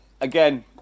again